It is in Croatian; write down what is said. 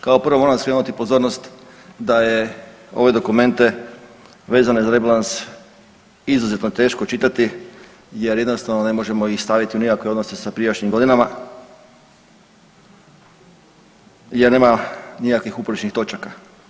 Kao prvo moram skrenuti pozornost da je ove dokumente vezane za rebalans izuzetno teško čitati jer jednostavno ne možemo ih staviti u nikakve odnose sa prijašnjim godinama jer nema nikakvih uporišnih točaka.